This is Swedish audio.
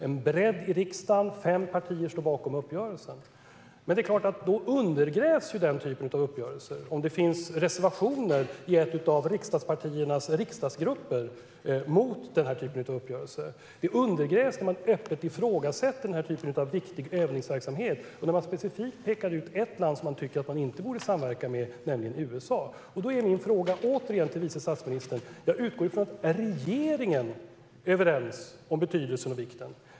En bredd i riksdagen, fem partier, står bakom uppgörelsen. Denna typ av uppgörelser undergrävs dock om det finns reservationer i ett av riksdagspartiernas riksdagsgrupper mot denna typ av uppgörelser. De undergrävs när man öppet ifrågasätter sådan här viktig övningsverksamhet och när man specifikt pekar ut ett land som man tycker att vi inte borde samverka med, nämligen USA. Jag ställer min fråga till vice statsministern återigen. Jag utgår från att regeringen är överens om betydelsen och vikten.